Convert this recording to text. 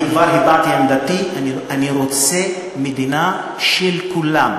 אני כבר הבעתי את עמדתי: אני רוצה מדינה של כולם.